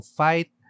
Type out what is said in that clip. fight